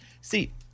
See